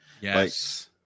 yes